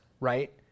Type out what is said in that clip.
right